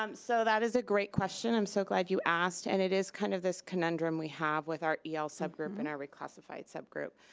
um so that is a great question. i'm so glad you asked, and it is kind of this conundrum we have with our el subgroup and our reclassified subgroup.